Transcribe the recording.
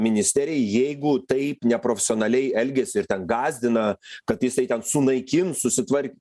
ministerijai jeigu taip neprofesionaliai elgiasi ir ten gąsdina kad jisai ten sunaikins susitvar